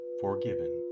forgiven